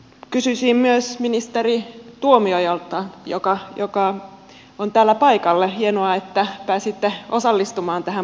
kysyisin myös ministeri tuomiojalta joka on täällä paikalla hienoa että pääsitte osallistumaan tähän budjettikeskusteluun